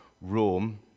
Rome